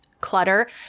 clutter